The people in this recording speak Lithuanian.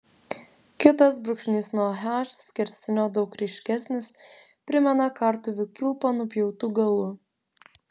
kitas brūkšnys nuo h skersinio daug ryškesnis primena kartuvių kilpą nupjautu galu